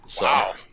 Wow